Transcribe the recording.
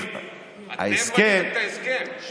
אתם כותבים את ההסכם, דודי.